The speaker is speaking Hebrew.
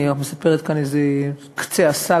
אני רק מספרת כאן את קצה הסאגה,